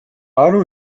aru